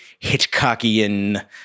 Hitchcockian